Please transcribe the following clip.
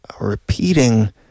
repeating